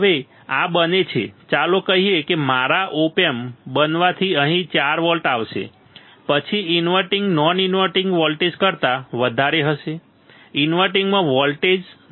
હવે આ બને છે ચાલો કહીએ કે મારા ઓપ એમ્પ બનવાથી અહીં 4 વોલ્ટ આવશે પછી ઇન્વર્ટીંગ નોન ઇન્વર્ટીંગ વોલ્ટેજ કરતા વધારે હશે ઇનવર્ટીંગમાં વોલ્ટેજ નોન ઇનવર્ટીંગ કરતા વધારે હશે